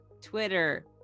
Twitter